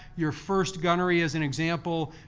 your first gunnery, as an example,